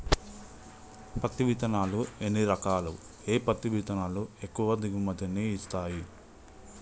పత్తి విత్తనాలు ఎన్ని రకాలు, ఏ పత్తి విత్తనాలు ఎక్కువ దిగుమతి ని ఇస్తాయి?